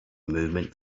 movement